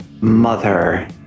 Mother